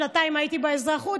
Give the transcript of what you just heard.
שנתיים הייתי באזרחות,